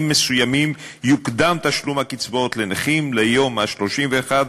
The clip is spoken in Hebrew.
מסוימים יוקדם תשלום הקצבאות לנכים ליום ה־31,